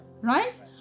Right